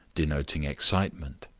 denoting excitement.